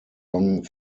long